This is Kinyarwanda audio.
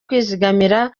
kwizigamira